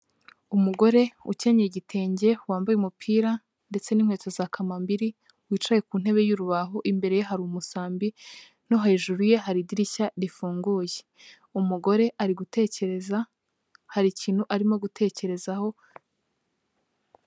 Umugore ukenyeye igitenge, wambaye umupira ndetse n'inkweto za kamambiri, wicaye ku ntebe y'urubaho, imbere ye hari umusambi, no hejuru ye hari idirishya rifunguye. Umugore ari gutekereza, hari ikintu arimo gutekerezaho.